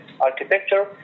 architecture